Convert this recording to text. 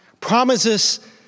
Promises